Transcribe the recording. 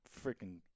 freaking